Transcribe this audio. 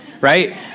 right